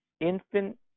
infant